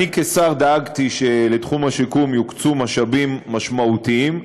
כשר דאגתי שלתחום השיקום יוקצו משאבים משמעותיים.